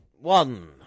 One